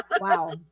Wow